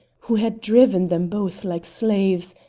who had driven them both like slaves,